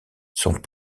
sont